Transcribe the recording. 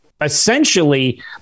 essentially